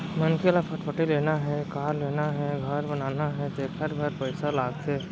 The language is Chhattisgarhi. मनखे ल फटफटी लेना हे, कार लेना हे, घर बनाना हे तेखर बर पइसा लागथे